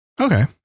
Okay